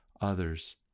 others